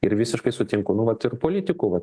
ir visiškai sutinku nu vat ir politikų va